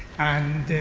and,